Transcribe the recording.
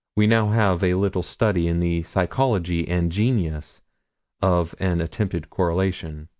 we now have a little study in the psychology and genesis of an attempted correlation.